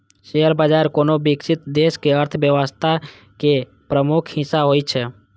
share बाजार कोनो विकसित देशक अर्थव्यवस्था के प्रमुख हिस्सा होइ छै